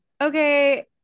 okay